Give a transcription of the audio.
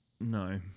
No